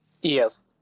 Yes